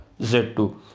Z2